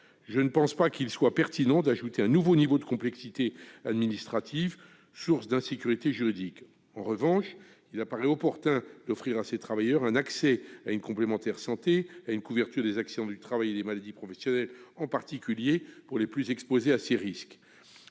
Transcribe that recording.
Je ne pense pas qu'il soit pertinent d'ajouter un nouveau niveau de complexité administrative, source d'insécurité juridique. En revanche, il paraît opportun d'offrir à ces travailleurs l'accès à une complémentaire santé et à une couverture des accidents du travail et maladies professionnelles, en particulier pour les plus exposés à ces risques.